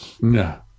No